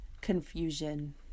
confusion